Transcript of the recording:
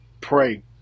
pray